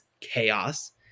chaos